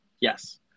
Yes